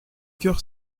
cœur